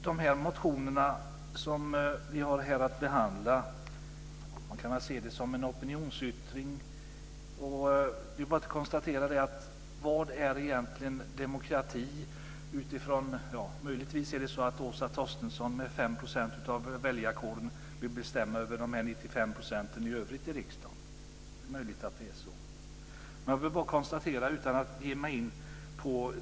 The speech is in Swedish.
De motioner som vi här har att behandla kan man se som en opinionsyttring. Det är bara att konstatera. Vad är egentligen demokrati? Möjligtvis är det så att Åsa Torstensson med 5 % av väljarkåren vill bestämma över de övriga 95 procenten i riksdagen. Det är möjligt att det är så.